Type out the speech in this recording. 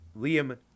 Liam